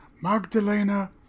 Magdalena